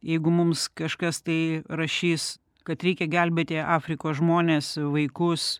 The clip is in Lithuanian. jeigu mums kažkas tai rašys kad reikia gelbėti afrikos žmones vaikus